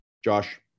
Josh